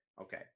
Okay